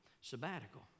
sabbatical